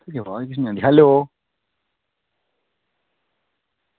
hello